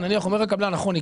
נניח אומר הקבלן: נכון,